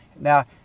Now